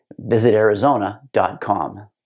visitarizona.com